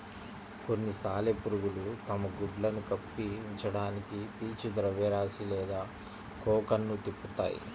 కొన్ని సాలెపురుగులు తమ గుడ్లను కప్పి ఉంచడానికి పీచు ద్రవ్యరాశి లేదా కోకన్ను తిప్పుతాయి